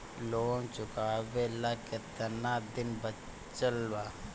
Loan चुकावे ला कितना दिन बचल बा?